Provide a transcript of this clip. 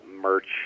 merch